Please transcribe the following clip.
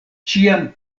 ĉiam